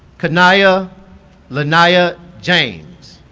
cania laniya james